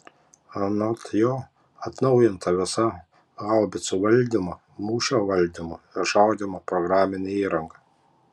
anot jo atnaujinta visa haubicų valdymo mūšio valdymo ir šaudymo programinė įranga